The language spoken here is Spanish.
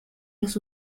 los